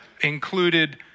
included